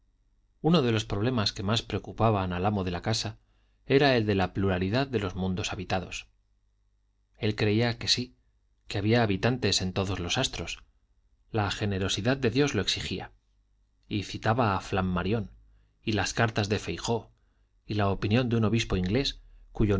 uno de los problemas que más preocupaban